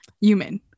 human